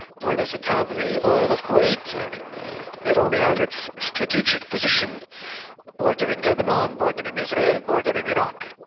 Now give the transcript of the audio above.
nor does it have the oil of kuwait, i mean it only has its strategic position bordering lebanon, bordering israel, bordering iraq.